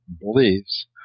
beliefs